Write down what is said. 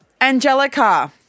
Angelica